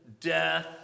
death